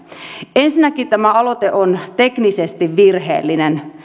ensinnäkin tämä aloite on teknisesti virheellinen